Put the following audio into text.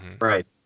Right